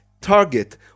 target